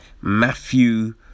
Matthew